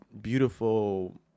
beautiful